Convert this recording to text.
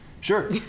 Sure